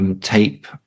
tape